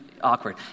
awkward